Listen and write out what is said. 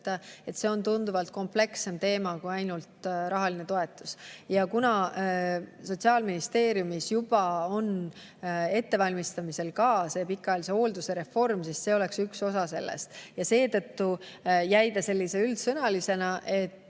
et see on tunduvalt komplekssem teema kui ainult rahaline toetus. Kuna Sotsiaalministeeriumis on juba ettevalmistamisel pikaajalise hoolduse reform, siis see oleks üks osa sellest. Seetõttu jäi ta sellise üldsõnalisemana.